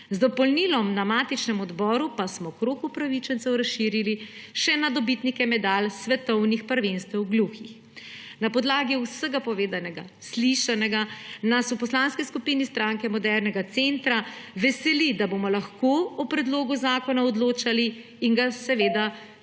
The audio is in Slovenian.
Z dopolnilom na matičnem odboru pa smo krog upravičencev razširili še na dobitnike medalj s svetovnih prvenstev gluhih. Na podlagi vsega povedanega, slišanega nas v Poslanski skupini Stranke modernega centra veseli, da bomo lahko o predlogu zakona odločali in ga seveda tudi